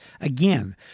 again